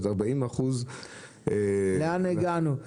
לאן הגענו.